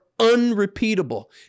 unrepeatable